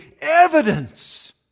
evidence